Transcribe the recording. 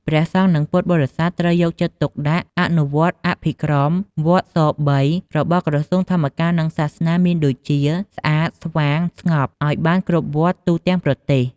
ព្រះសង្ឃ និងពុទ្ធបរិស័ទ ត្រូវយកចិត្តទុកដាក់ អនុវត្តអភិក្រម វត្ត ស៣ របស់ក្រសួងធម្មការនិងសាសនាមានដូចជា ស្អាត ស្វាង ស្ងប់ ឱ្យបានគ្រប់វត្តទូទាំងប្រទេស។